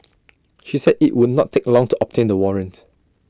she said IT would not take long to obtain the warrant